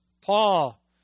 paul